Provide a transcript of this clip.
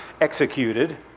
executed